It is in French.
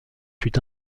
fut